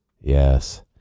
Yes